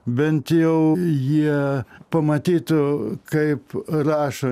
bent jau jie pamatytų kaip rašo